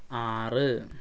ആറ്